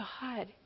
God